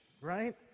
right